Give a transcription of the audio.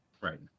Right